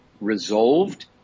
resolved